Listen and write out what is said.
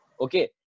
okay